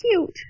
cute